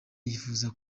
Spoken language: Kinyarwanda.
yifuza